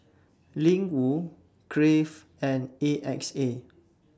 Ling Wu Crave and A X A